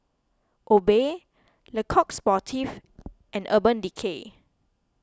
Obey Le Coq Sportif and Urban Decay